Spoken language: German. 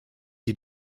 die